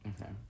Okay